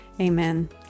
amen